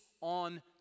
on